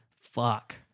fuck